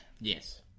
Yes